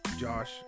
Josh